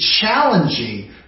challenging